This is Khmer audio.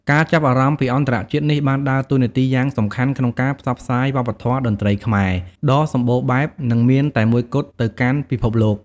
ការចាប់អារម្មណ៍ពីអន្តរជាតិនេះបានដើរតួនាទីយ៉ាងសំខាន់ក្នុងការ ផ្សព្វផ្សាយវប្បធម៌តន្ត្រីខ្មែរ ដ៏សម្បូរបែប និងមានតែមួយគត់ទៅកាន់ពិភពលោក។